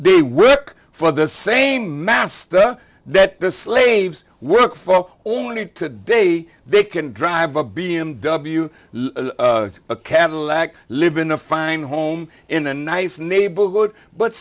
they work for the same master that the slaves work for only to day they can drive a b m w a cadillac livin a fine home in a nice neighborhood but